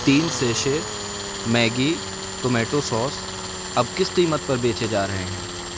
تین sachet Maggi tomato sauce اب کس قیمت پر بیچے جا رہے ہیں